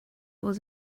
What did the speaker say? was